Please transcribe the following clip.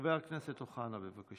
חבר הכנסת אוחנה, בבקשה.